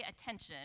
attention